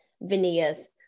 veneers